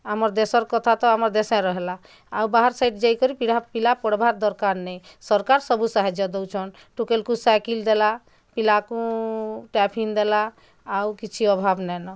ଆମର୍ ଦେଶର୍ କଥା ତ ଆମର୍ ଦେଶେ ରହିଲା ଆଉ ବାହାର୍ ସାଇଡ଼୍ ଯାଇକରି ପିଲା ପଢ଼୍ବାର୍ ଦରକାର୍ ନାହିଁ ସରକାର୍ ସବୁ ସାହାଯ୍ୟ ଦଉଛନ୍ ଟୁକେଲ୍ କୁ ସାଇକିଲ୍ ଦେଲା ପିଲାକୁ ଟାଇଫିନ୍ ଦେଲା ଆଉ କିଛି ଅଭାବ୍ ନାଇଁନ